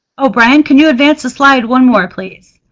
oh, brian, can you advance a slide one more please?